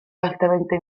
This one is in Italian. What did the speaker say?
altamente